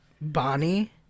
Bonnie